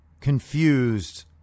confused